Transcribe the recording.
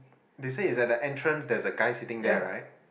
they said is at the entrance there's a guy sitting there right